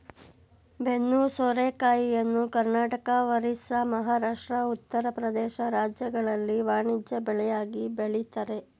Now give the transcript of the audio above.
ಬೆನ್ನು ಸೋರೆಕಾಯಿಯನ್ನು ಕರ್ನಾಟಕ, ಒರಿಸ್ಸಾ, ಮಹಾರಾಷ್ಟ್ರ, ಉತ್ತರ ಪ್ರದೇಶ ರಾಜ್ಯಗಳಲ್ಲಿ ವಾಣಿಜ್ಯ ಬೆಳೆಯಾಗಿ ಬೆಳಿತರೆ